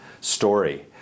story